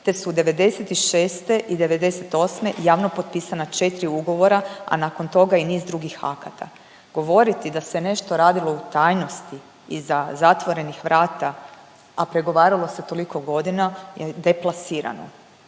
te su '96. i '98. javno potpisana 4 ugovora, a nakon toga i niz drugih akata. Govoriti da se nešto radilo u tajnosti iza zatvorenih vrata, a pregovaralo se toliko godina je deplasirano.